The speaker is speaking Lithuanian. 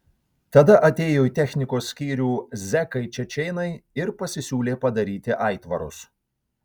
tada atėjo į technikos skyrių zekai čečėnai ir pasisiūlė padaryti aitvarus